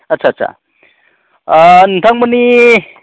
आस्सा आस्सा नोंथांमोननि